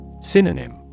Synonym